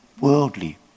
worldly